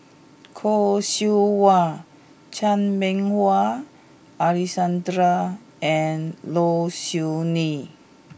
Khoo Seow Hwa Chan Meng Wah Alexander and Low Siew Nghee